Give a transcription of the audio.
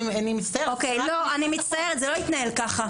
אני מצטערת --- לא אני מצטערת זה לא יתנהל ככה.